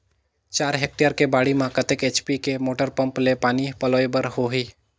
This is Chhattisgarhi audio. चार हेक्टेयर के बाड़ी म कतेक एच.पी के मोटर पम्म ले पानी पलोय बर होही?